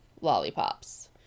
lollipops